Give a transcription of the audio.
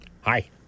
Hi